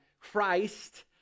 Christ